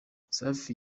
safi